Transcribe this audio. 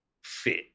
fit